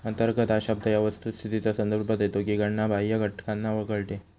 अंतर्गत हा शब्द या वस्तुस्थितीचा संदर्भ देतो की गणना बाह्य घटकांना वगळते